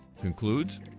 concludes